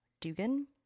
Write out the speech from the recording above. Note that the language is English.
Dugan